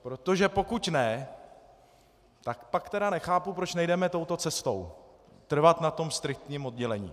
Protože pokud ne, tak pak nechápu, proč nejdeme touto cestou, trvat na tom striktním oddělení.